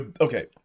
Okay